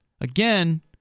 again